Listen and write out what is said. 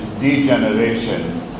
Degeneration